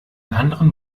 anderen